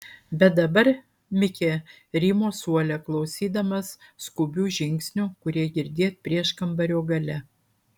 bet dabar mikė rymo suole klausydamas skubių žingsnių kurie girdėt prieškambario gale